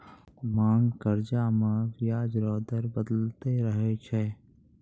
मांग कर्जा मे बियाज रो दर बदलते रहै छै